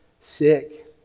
sick